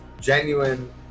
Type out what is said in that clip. genuine